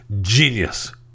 Genius